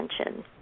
attention